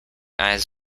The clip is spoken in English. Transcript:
eyes